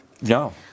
No